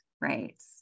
Right